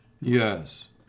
yes